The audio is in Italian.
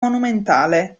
monumentale